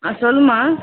ஆ சொல்லும்மா